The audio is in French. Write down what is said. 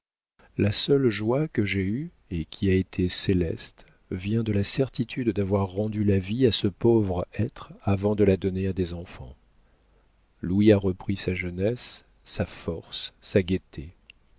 la seule joie que j'aie eue et qui a été céleste vient de la certitude d'avoir rendu la vie à ce pauvre être avant de la donner à des enfants louis a repris sa jeunesse sa force sa gaieté